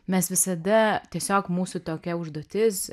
mes visada tiesiog mūsų tokia užduotis